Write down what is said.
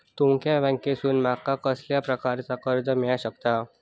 तुमच्या बँकेसून माका कसल्या प्रकारचा कर्ज मिला शकता?